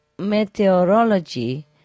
Meteorology